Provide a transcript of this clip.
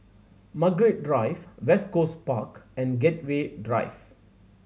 Margaret Drive West Coast Park and Gateway Drive